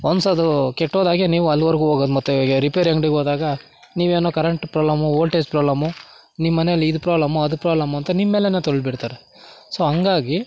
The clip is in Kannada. ಒನ್ಸ್ ಅದು ಕೆಟ್ಟೋದಾಗ ನೀವು ಅಲ್ವರೆಗೂ ಹೋಗೋದ್ ಮತ್ತು ರಿಪೇರಿ ಅಂಗಡಿಗೋದಾಗ ನೀವೇನೋ ಕರೆಂಟ್ ಪ್ರೊಬ್ಲಮು ವೋಲ್ಟೇಜ್ ಪ್ರೊಬ್ಲಮು ನಿಮ್ಮನೆಲಿ ಇದು ಪ್ರೊಬ್ಲಮು ಅದು ಪ್ರೊಬ್ಲಮು ಅಂತ ನಿಮ್ಮೇಲೇ ತಳ್ಳಿಬಿಡ್ತಾರೆ ಸೊ ಹಂಗಾಗಿ